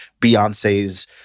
Beyonce's